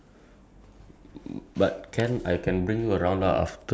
but then you have to go there alone lah as in like around the park alone